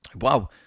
Wow